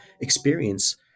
experience